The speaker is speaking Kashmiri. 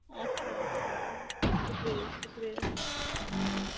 اچھا اچھا ٹھیٖک شُکرِیہ شُکرِیہ